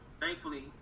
Thankfully